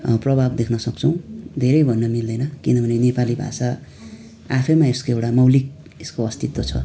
प्रभाव देख्न सक्छौँ धेरै भन्न मिल्दैन किनभने नेपाली भाषा आफैमा यसको एउटा मौलिक यस अस्तित्व छ